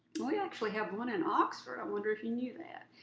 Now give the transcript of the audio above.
we actually have one in oxford, i wonder if you new that,